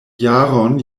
jaron